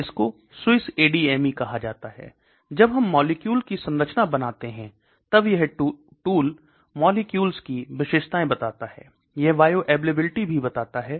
इसको SWISS ADME कहा जाता है जब हम मॉलिक्यूल की संरचना बनाते है तब यह टूल मोलेक्युल्स की विशेषताएं बताता है यह बायो अवेलेबिलिटी भी बताता है